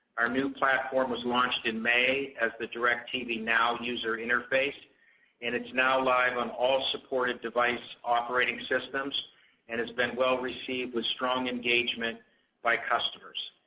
our new platform was launched in may as the directv now user interface and it's now live on all supported device operating systems and it's been well received with strong engagement by customers.